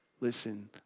Listen